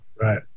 Right